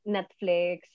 Netflix